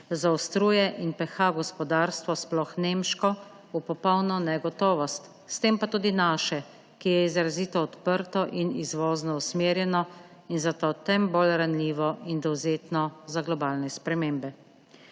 zaostruje in peha gospodarstvo, sploh nemško, v popolno negotovost, s tem pa tudi naše, ki je izrazito odprto in izvozno usmerjeno ter zato tem bolj ranljivo in dovzetno za globalne spremembe.